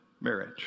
marriage